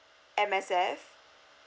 M_S_F